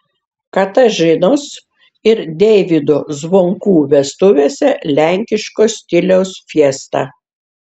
katažinos ir deivydo zvonkų vestuvėse lenkiško stiliaus fiesta